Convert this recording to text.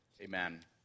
Amen